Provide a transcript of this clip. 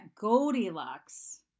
Goldilocks